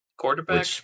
quarterback